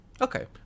Okay